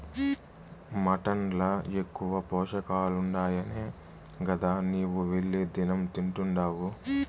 mutton ల ఎక్కువ పోషకాలుండాయనే గదా నీవు వెళ్లి దినం తింటున్డావు